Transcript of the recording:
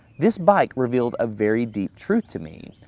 this bike revealed a very deep truth to me.